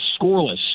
scoreless